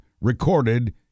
recorded